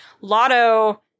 Lotto